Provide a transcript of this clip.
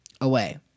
away